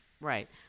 Right